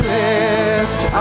lift